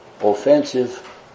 Offensive